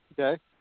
Okay